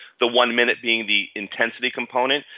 the one minute being the intensity component.